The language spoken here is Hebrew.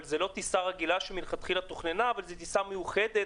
אבל זו לא טיסה רגילה שמלכתחילה תוכננה אלא טיסה מיוחדת.